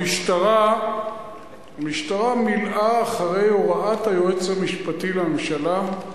המשטרה מילאה אחרי הוראת היועץ המשפטי לממשלה.